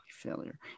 failure